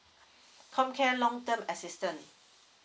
comcare long term assistance